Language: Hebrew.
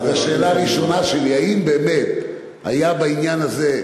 השאלה הראשונה שלי: האם באמת היה בעניין הזה,